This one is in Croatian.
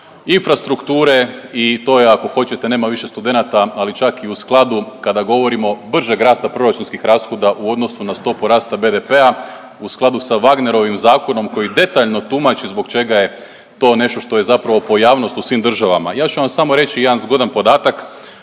infrastrukture i to je ako hoćete nema više studenata ali čak i u skladu kada govorimo bržeg rasta proračunskih rashoda u odnosu na stopu rasa BDP-a u skladu sa Wagnerovim zakonom koji detaljno tumači zbog čega je to nešto što je zapravo pojavnost u svim državama. Ja ću vam samo reći jedan zgodan podatak,